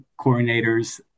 coordinators